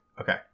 Okay